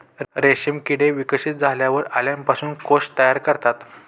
रेशीम किडे विकसित झाल्यावर अळ्यांपासून कोश तयार करतात